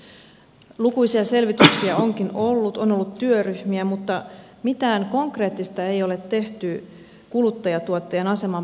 lukuisia selvityksiä onkin ollut on ollut työryhmiä mutta mitään konkreettista ei ole tehty kuluttaja tuottajan aseman parantamiseksi